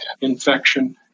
infection